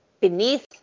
beneath